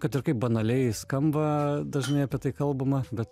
kad ir kaip banaliai skamba dažnai apie tai kalbama bet